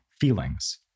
feelings